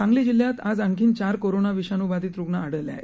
सांगली जिल्ह्यात आज आणखी चार कोरोना विषाणू बाधित रुग्ण आढळले आहेत